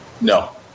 No